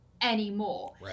anymore